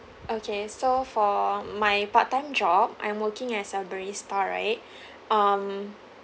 okay so for my part-time job I'm working as a barista right um